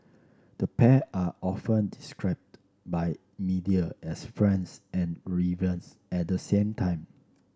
the pair are often described by media as friends and rivals at the same time